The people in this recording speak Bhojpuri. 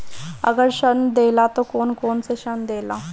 अगर ऋण देला त कौन कौन से ऋण देला?